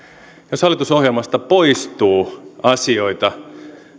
jos hallitusohjelmasta poistuu asioita